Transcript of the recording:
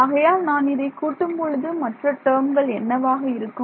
ஆகையால் நான் இதை கூட்டும் பொழுது மற்ற டேர்ம்கள் என்னவாக இருக்கும்